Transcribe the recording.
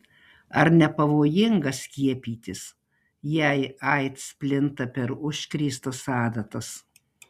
ar nepavojinga skiepytis jei aids plinta per užkrėstas adatas